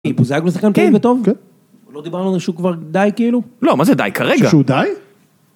כי בוזגלו הוא שחקן טוב? לא דיברנו על על זה שהוא כבר די כאילו? לא, מה זה די? כרגע. שהוא די?